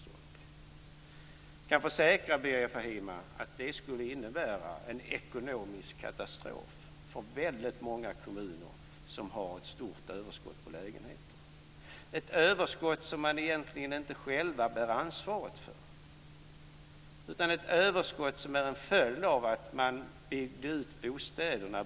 Jag kan försäkra Bijan Fahimi att det skulle innebära ekonomisk katastrof för väldigt många kommuner som har ett stort överskott på lägenheter - ett överskott som man egentligen inte själv bär ansvaret för, utan ett överskott som är en följd av utbyggnaden av bostäder.